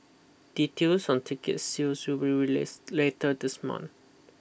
details on ticket sales will be released later this month